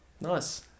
Nice